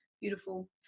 beautiful